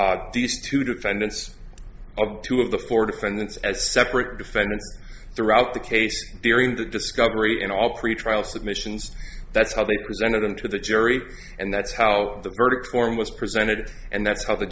pursue these two defendants of two of the four defendants as separate defendants throughout the case during the discovery in all pretrial submissions that's how they presented them to the jury and that's how the verdict form was presented and that's how the